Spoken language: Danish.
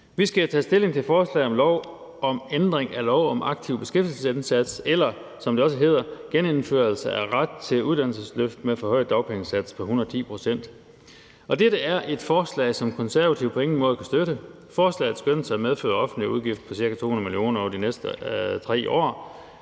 Vi skal have taget stilling til forslag til lov om ændring af lov om en aktiv beskæftigelsesindsats eller, som det også hedder, genindførelse af ret til uddannelsesløft med forhøjet dagpengesats på 110 pct. Dette er et forslag, som Konservative på ingen måde kan støtte. Forslaget skønnes at medføre offentlige udgifter på ca. 200 mio. kr. over de næste 3 år.